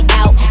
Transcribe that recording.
out